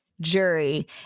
jury